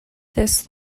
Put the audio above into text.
this